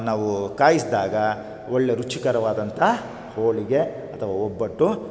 ನಾವು ಕಾಯಿಸಿದಾಗ ಒಳ್ಳೆ ರುಚಿಕರವಾದಂಥ ಹೋಳಿಗೆ ಅಥವಾ ಒಬ್ಬಟ್ಟು